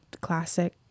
classic